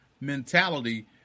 Mentality